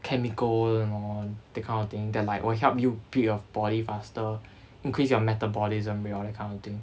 chemical and all that kind of thing that like will help you build your body faster increase your metabolism rate all that kind of thing